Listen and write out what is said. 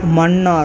Mannar